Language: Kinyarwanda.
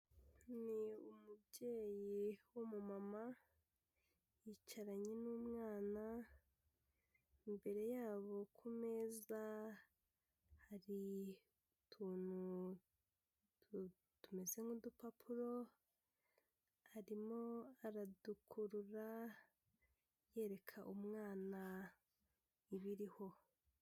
Ni umubyeyi w'umumama yicaranye n'umwana, imbere yabo ku meza hari utuntu tumeze nk'udupapuro arimo aradukurura yereka umwana ibiriho.